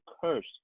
curse